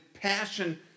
passion